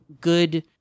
good